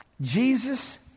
Jesus